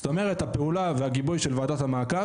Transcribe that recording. זאת אומרת הפעולה והגיבוי של ועדת המעקב,